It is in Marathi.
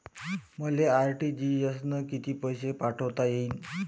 मले आर.टी.जी.एस न कितीक पैसे पाठवता येईन?